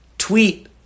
Tweet